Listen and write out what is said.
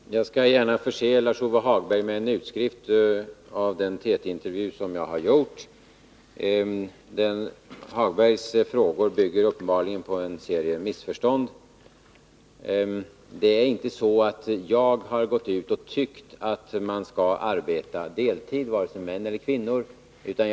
Herr talman! Jag skall gärna förse Lars-Ove Hagberg med en utskrift av den TT-intervju som vi talar om. Lars-Ove Hagbergs frågor bygger uppenbarligen på en serie missförstånd. Det är inte så att jag har sagt att jag tycker att man — vare sig män eller kvinnor — skall arbeta deltid.